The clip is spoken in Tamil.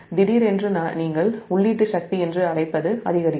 திடீரென்று நீங்கள் உள்ளீட்டு சக்தி என்று அழைப்பது அதிகரிக்கும்